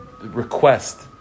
request